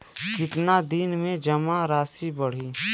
कितना दिन में जमा राशि बढ़ी?